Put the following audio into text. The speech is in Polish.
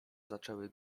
zaczęły